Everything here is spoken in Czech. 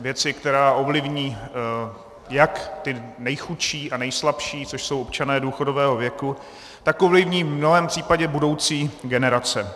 Věci, která ovlivní jak ty nejchudší a nejslabší, což jsou občané důchodového věku, tak ovlivní v mnohém případě budoucí generace.